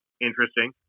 Interesting